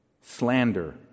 slander